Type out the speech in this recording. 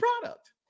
product